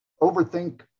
overthink